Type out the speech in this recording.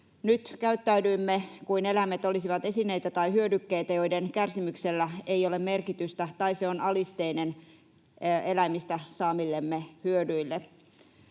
Nyt käyttäydymme kuin eläimet olisivat esineitä tai hyödykkeitä, joiden kärsimyksellä ei ole merkitystä tai se on alisteinen eläimistä saamillemme hyödyille.